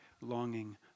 longing